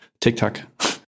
TikTok